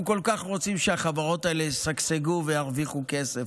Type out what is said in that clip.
אנחנו כל כך רוצים שהחברות האלה ישגשגו וירוויחו כסף.